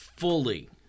Fully